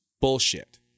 bullshit